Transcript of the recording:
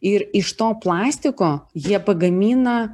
ir iš to plastiko jie pagamina